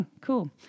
Cool